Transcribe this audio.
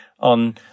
on